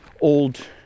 old